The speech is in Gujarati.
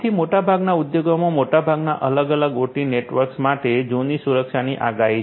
તેથી મોટાભાગના ઉદ્યોગોમાં મોટાભાગના અલગ ઓટી નેટવર્ક માટે જૂની સુરક્ષાની આગાહી છે